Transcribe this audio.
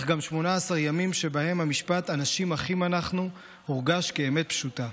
אך גם 18 ימים שבהם המשפט "אנשים אחים אנחנו" הורגש כאמת פשוטה.